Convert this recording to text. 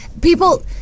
People